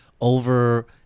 over